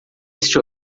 este